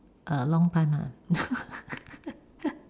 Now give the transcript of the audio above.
a long time lah